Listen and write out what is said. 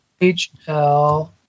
HL